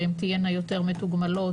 שהן תהיינה יותר מתוגמלות,